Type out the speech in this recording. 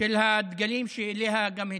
של הדגלים, שגם אליה התייחסו.